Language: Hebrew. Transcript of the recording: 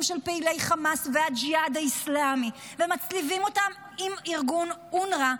של פעילי חמאס והג'יהאד האסלאמי עם ארגון אונר"א,